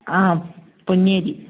ആ പൊന്നി അരി